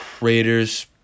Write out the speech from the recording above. Raiders